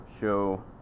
show